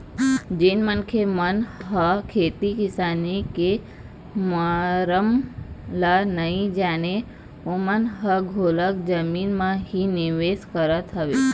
जेन मनखे मन ह खेती किसानी के मरम ल नइ जानय ओमन ह घलोक जमीन म ही निवेश करत हवय